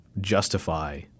justify